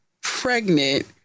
pregnant